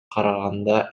караганда